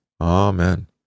Amen